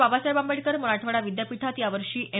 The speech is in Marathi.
बाबासाहेब आंबेडकर मराठवाडा विद्यापीठात यावर्षी एम